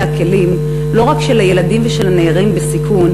הכלים לא רק של הילדים ושל נערים בסיכון,